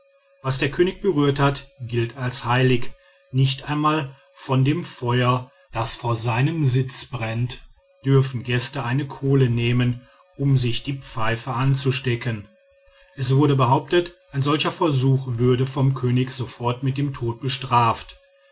was der könig berührt hat gilt als heilig nicht einmal von dem feuer das vor seinem sitz brennt dürfen gäste eine kohle nehmen um sich die pfeife anzustecken es wurde behauptet ein solcher versuch würde vom könig sofort mit dem tod bestraft